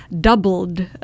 doubled